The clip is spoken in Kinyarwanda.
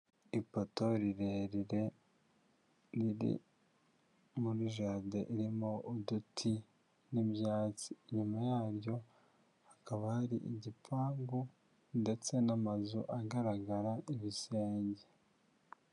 Ipoto rirerire riri muri jaride irimo uduti n'ibyatsi. Inyuma yaryo, hakaba hari igipangu ndetse n'amazu agaragara ibisenge.